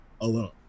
alone